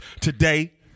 today